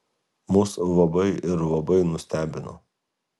mus labai ir labai nustebino